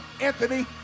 anthony